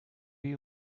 you